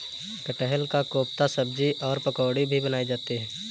कटहल का कोफ्ता सब्जी और पकौड़ी भी बनाई जाती है